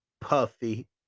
Puffy